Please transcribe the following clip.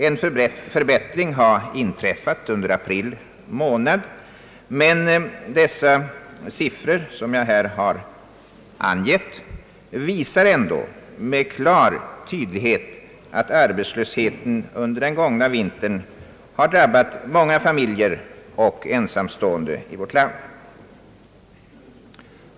En förbättring har inträffat under april månad, men de siffror som jag här har angett visar ändå med klar tydlighet att arbetslösheten under den gångna vintern drabbat många familjer och ensamstående i vårt land.